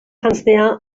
janztea